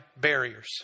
barriers